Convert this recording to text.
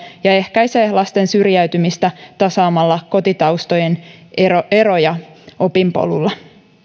ja ehkäisee lasten syrjäytymistä tasaamalla kotitaustojen eroja eroja opinpolulla